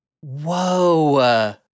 whoa